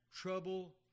trouble